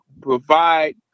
provide